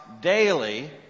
daily